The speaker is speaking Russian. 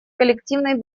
коллективной